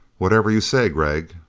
whatever you say, gregg.